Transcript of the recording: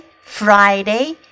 Friday